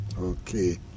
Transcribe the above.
Okay